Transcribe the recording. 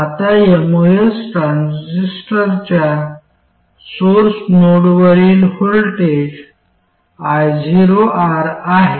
आता एमओएस ट्रान्झिस्टरच्या सोर्स नोडवरील व्होल्टेज ioR आहे